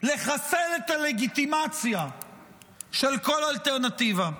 לחסל את הלגיטימציה של כל אלטרנטיבה.